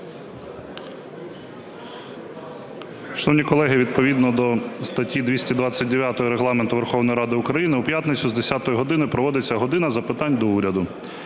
Шановні колеги, відповідно до статті 229 Регламенту Верховної Ради України в п'ятницю з 10 години проводиться "година запитань до Уряду".